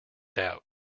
doubt